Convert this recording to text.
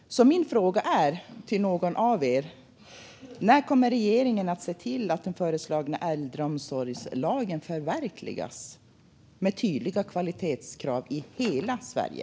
Min fråga till någon av er är alltså: När kommer regeringen att se till att den föreslagna äldreomsorgslagen förverkligas med tydliga kvalitetskrav i hela Sverige?